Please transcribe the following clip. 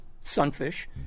sunfish